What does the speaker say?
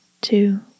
Two